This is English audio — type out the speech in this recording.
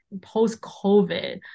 post-COVID